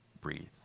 breathe